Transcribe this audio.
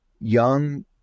young